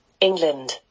England